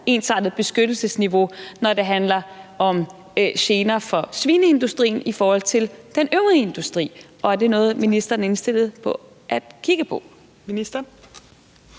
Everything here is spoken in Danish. ensartet beskyttelsesniveau, når det handler om gener fra svineindustrien, i forhold til den øvrige industri? Og er det noget, ministeren er indstillet på at kigge på? Kl.